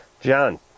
John